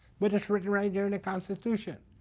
but it's written right here in the constitution.